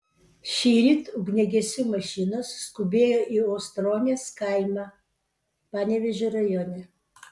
šįryt ugniagesių mašinos skubėjo į ustronės kaimą panevėžio rajone